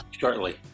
shortly